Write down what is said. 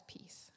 peace